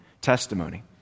testimony